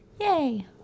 Yay